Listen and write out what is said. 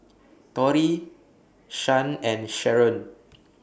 Torie Shan and Sheron